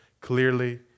Clearly